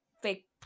fake